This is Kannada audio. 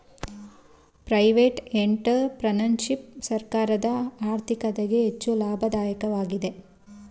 ಪ್ರೈವೇಟ್ ಎಂಟರ್ಪ್ರಿನರ್ಶಿಪ್ ಸರ್ಕಾರದ ಆರ್ಥಿಕತೆಗೆ ಹೆಚ್ಚು ಲಾಭದಾಯಕವಾಗಿದೆ